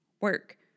work